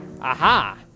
Aha